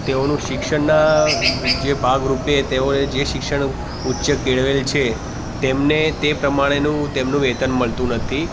તેઓનું શિક્ષણના જે ભાગ રૂપે તેઓએ જે શિક્ષણ ઉચ્ચ કેળવેલ છે તેમને તે પ્રમાણેનું તેમનું વેતન મળતું નથી